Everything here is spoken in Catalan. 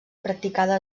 practicada